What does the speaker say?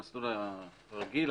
המסלול הרגיל,